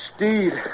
Steed